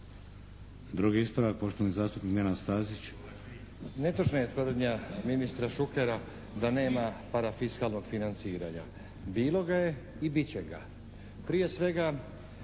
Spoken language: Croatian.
Drugi ispravak, poštovani zastupnik Nenad Stazić. **Stazić, Nenad (SDP)** Netočna je tvrdnja ministra Šukera da nema parafiskalnoj financiranja. Bilo ga je i bit će ga. Prije svega